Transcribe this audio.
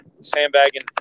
sandbagging